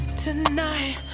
tonight